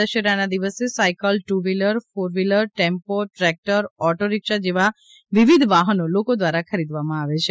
દશેરાના દિવસે cycle two wheeler four wheeler tempo tractor auto rickshaw જેવા વિવિધ વાહનો લોકો દ્વારા ખરીદવામાં આવે છે